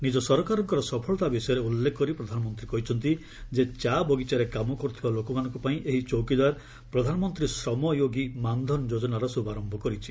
ନିଜ ସରକାରଙ୍କର ସଫଳତା ବିଷୟରେ ଉଲ୍ଲ୍ଲେଖ କରି ପ୍ରଧାନମନ୍ତ୍ରୀ କହିଛନ୍ତି ଯେ ଚା' ବଗିଚାରେ କାମ କରୁଥିବା ଲୋକମାନଙ୍କ ପାଇଁ ଏହି ଚୌକିଦାର 'ପ୍ରଧାନମନ୍ତ୍ରୀ ଶ୍ରମ ୟୋଗି ମାନ୍ଧନ୍ ଯୋଜନାର ଶୁଭାରମ୍ଭ କରିଛି